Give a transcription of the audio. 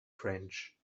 french